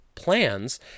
Plans